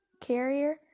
carrier